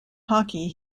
hockey